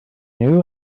new